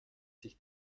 sich